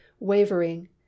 wavering